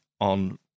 on